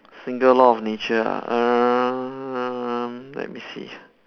single law of nature err let me see